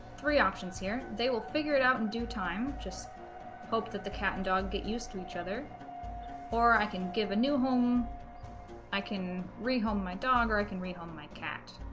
three options here they will figure it out in due time just hope that the cat and dog get used to each other or i can give a new home i can rehome my dog or i can read home my cat